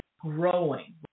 growing